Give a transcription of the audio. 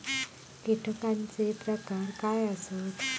कीटकांचे प्रकार काय आसत?